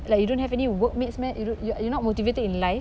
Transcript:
like you don't have any workmates meh you don't you're not motivated in life